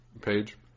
page